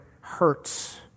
hurts